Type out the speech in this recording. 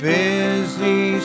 busy